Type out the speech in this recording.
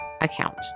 account